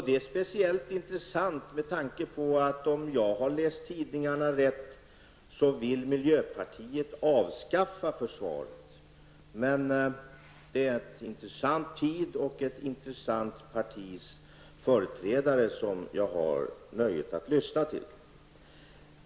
Det är speciellt intressant med tanke på att, om jag har läst tidningarna rätt, miljöpartiet vill avskaffa försvaret. Men vi lever i en intressant tid, och det är ett intressant partis företrädare som jag har nöjet att lyssna till.